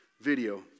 video